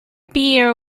beer